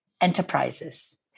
enterprises